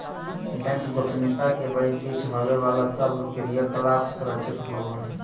bank गोपनीयता के बीच होवे बाला सब क्रियाकलाप सुरक्षित होवो हइ